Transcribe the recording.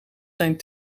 zijn